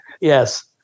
yes